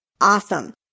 Awesome